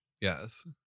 Yes